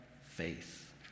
faith